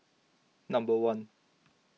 number one